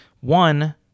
one